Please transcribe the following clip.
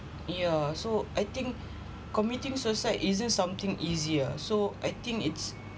yeah so I think committing suicide isn't something easier so I think it's